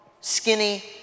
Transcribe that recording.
skinny